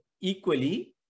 equally